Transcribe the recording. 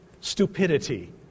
stupidity